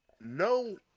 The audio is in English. no